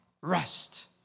rest